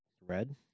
red